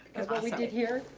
what we did here,